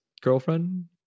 Girlfriend